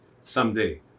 someday